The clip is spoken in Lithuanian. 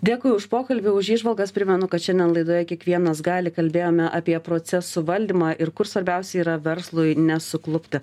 dėkui už pokalbį už įžvalgas primenu kad šiandien laidoje kiekvienas gali kalbėjome apie procesų valdymą ir kur svarbiausia yra verslui nesuklupti